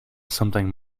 something